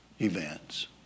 events